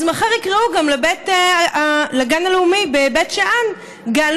אז מחר יקראו גם לגן הלאומי בבית שאן גן